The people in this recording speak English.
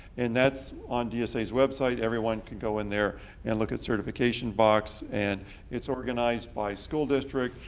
and that's on dsa's website, everyone can go in there and look at certification box. and it's organized by school district,